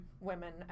women